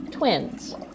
Twins